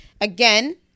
Again